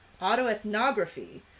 autoethnography